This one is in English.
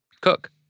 cook